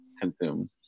consume